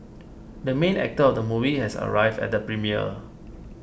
the main actor of the movie has arrived at the premiere